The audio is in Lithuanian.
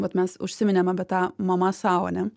vat mes užsiminėm apie tą mama sau ane